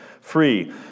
free